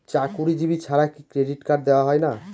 চাকুরীজীবি ছাড়া কি ক্রেডিট কার্ড দেওয়া হয় না?